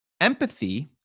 empathy